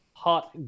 Hot